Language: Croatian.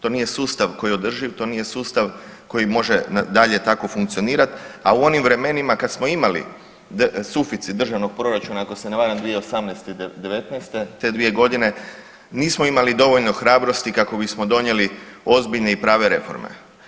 To nije sustav koji je održiv, to nije sustav koji može dalje tako funkcionirat, a u onim vremenima kad smo imali suficit državnog proračuna ako se ne varam 2018.-'19., te dvije godine nismo imali dovoljno hrabrosti kako bismo donijeli ozbiljne i prave reforme.